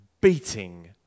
beating